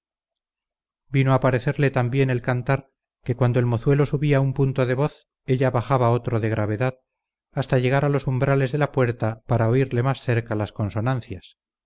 vino a parecerle tan bien el cantar que cuando el mozuelo subía un punto de voz ella bajaba otro de gravedad hasta llegar a los umbrales de la puerta para oírle más cerca las consonancias